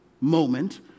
moment